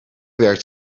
werkt